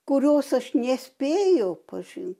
kurios aš nespėjau pažint